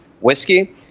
whiskey